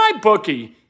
MyBookie